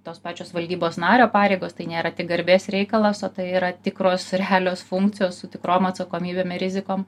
tos pačios valdybos nario pareigos tai nėra tik garbės reikalas o tai yra tikros realios funkcijos su tikrom atsakomybėm ir rizikom